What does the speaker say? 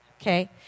okay